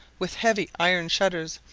with heavy iron shutters,